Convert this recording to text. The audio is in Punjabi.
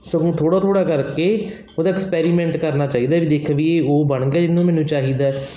ਸਗੋਂ ਉਹਨੂੰ ਥੋੜ੍ਹਾ ਥੋੜ੍ਹਾ ਕਰਕੇ ਉਹਦਾ ਐਕਸਪੈਰੀਮੈਂਟ ਕਰਨਾ ਚਾਹੀਦਾ ਵੀ ਦੇਖ ਵੀ ਉਹ ਬਣ ਗਿਆ ਜਿਹਨੂੰ ਮੈਨੂੰ ਚਾਹੀਦਾ